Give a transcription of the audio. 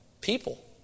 People